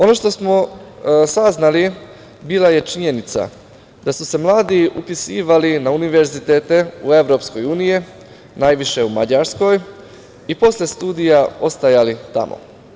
Ono što smo saznali bila je činjenica da su se mladi upisivali na univerzitete u EU, najviše u Mađarskoj i posle studija ostajali tamo.